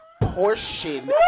portion